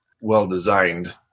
well-designed